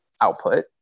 output